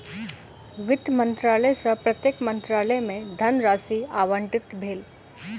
वित्त मंत्रालय सॅ प्रत्येक मंत्रालय के धनराशि आवंटित भेल